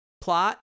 plot